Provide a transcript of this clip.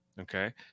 Okay